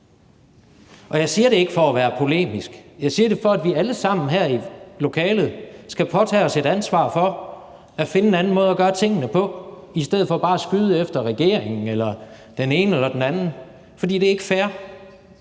Og jeg siger det ikke for at være polemisk. Jeg siger det, for at vi alle sammen her i lokalet skal påtage os et ansvar for at finde en anden måde at gøre tingene på, i stedet for bare at skyde efter regeringen eller den ene eller den anden. For det er ikke fair.